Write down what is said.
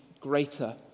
greater